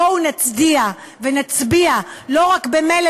בואו נצדיע ונצביע לא רק במלל,